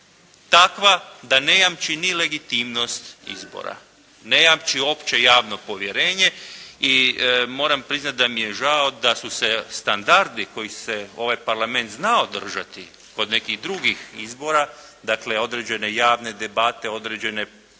takva da ne jamči ni legitimnost izbora, ne jamči opće javno povjerenje. I moram priznati da mi je žao da su se standardi kojih se ovaj parlament znao držati kod nekih drugih izbora, dakle, određene javne debate, određene pažnje